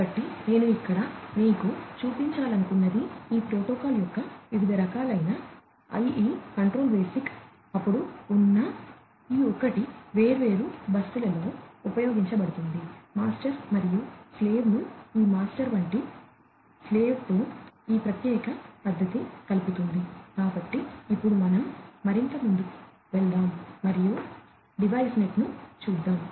కాబట్టి నేను ఇక్కడ మీకు చూపించాలనుకున్నది ఈ ప్రోటోకాల్ యొక్క వివిధ రకాలైన IE కంట్రోల్ బేసిక్ను చూద్దాం